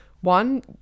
one